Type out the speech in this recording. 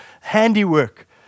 handiwork